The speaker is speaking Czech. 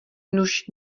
nuž